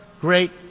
great